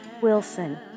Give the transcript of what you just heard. Wilson